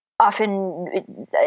often